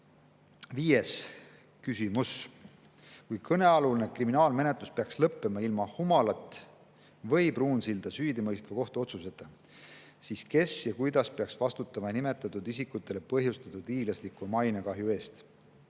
Viies küsimus: "Kui kõnealune kriminaalmenetlus peaks lõppema ilma Humalat või Pruunsilda süüdimõistva kohtuotsuseta, siis kes ja kuidas peaks vastutama nimetatud isikutele põhjustatud hiiglasliku mainekahju eest,